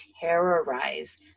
terrorize